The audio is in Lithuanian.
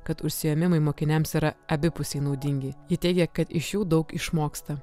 kad užsiėmimai mokiniams yra abipusiai naudingi ji teigė kad iš jų daug išmoksta